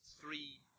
three